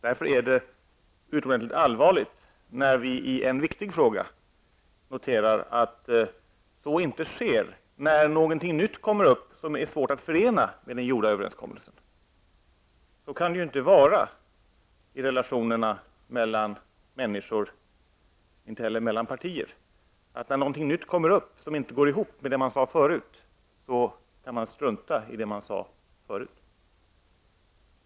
Det är därför utomordentligt allvarligt när vi i en viktig fråga kan notera att så inte sker när någonting nytt dyker upp som är svårt att förena med den överenskommelse som träffats. Så kan det inte vara i relationerna mellan människor och inte heller mellan partier, dvs. att när något nytt kommer upp som inte går ihop med det man sade förut, kan man strunta i det man förut sade. Herr talman!